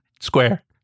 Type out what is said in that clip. Square